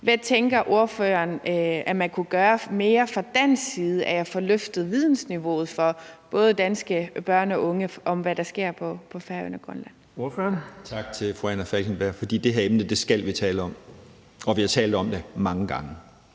Hvad tænker ordføreren at man kunne gøre mere fra dansk side for at få løftet vidensniveauet for både danske børn og unge, i forhold til hvad der sker på Færøerne og Grønland?